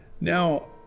Now